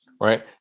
right